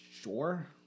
Sure